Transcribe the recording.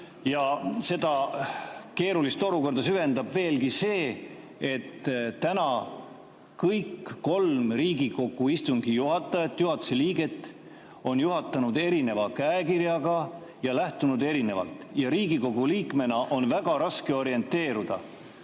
Seda keerulist olukorda süvendab veelgi see, et täna kõik kolm Riigikogu istungi juhatajat, juhatuse liiget, on juhatanud erineva käekirjaga ja lähtunud erinevalt. Riigikogu liikmena on väga raske orienteeruda.